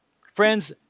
friends